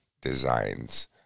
Designs